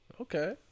Okay